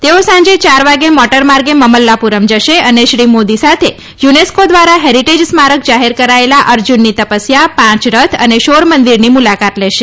તેઓ સાંજે ચાર વાગે મોટરમાર્ગે મમલ્લાપુરમ જશે અને શ્રી મોદી સાથે યુનેસ્કો દ્વારા હેરિટેજ સ્મારક જાહેર કરાયેલા અર્જુનની તપસ્યા પાંચ રથ અને શોર મંદિરની મુલાકાત લેશે